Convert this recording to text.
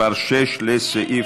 של קבוצת סיעת מרצ,